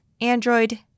Android